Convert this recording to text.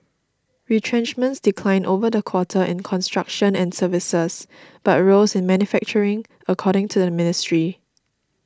retrenchments declined over the quarter in construction and services but rose in manufacturing according to the ministry